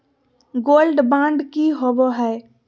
Gold bond की होबो है?